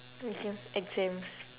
exams